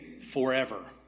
forever